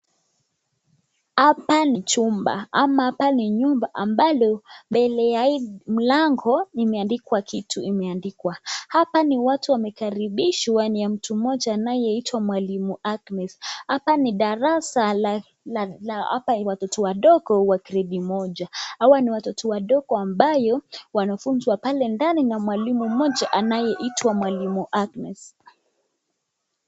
Hapa ni chumba ama hapa ni nyumba ambalo mbele ya hii mlango imeandikwa kitu imeandiwa, hapa niwatu wamekaribishwa ni ya mtu mmoja anayeitwa mwalimu Agnes, hapa ni darasa la watoto wadogo wa gradi moja, hawa niwatoto wadogo amabayo wanafunzwa pale ndani na mwalimu mmoja anaenaitwa mwalimu Agnes.